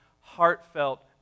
heartfelt